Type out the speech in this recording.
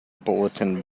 bulletin